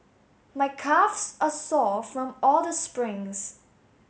my calves are sore from all the springs